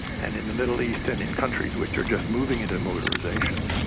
and in the middle east and in countries which are just moving into motorisation.